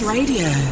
Radio